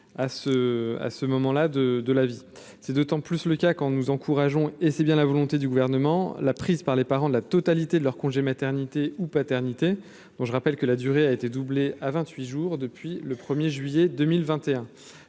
à ce moment-là de de la vie. C'est d'autant plus le cas quand nous encourageons et c'est bien la volonté du gouvernement la prise par les parents de la totalité de leurs congés maternité ou paternité, donc je rappelle que la durée a été doublé à 28 jours depuis le 1er juillet 2021,